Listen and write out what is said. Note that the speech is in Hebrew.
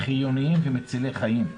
חיוניים ומצילי חיים.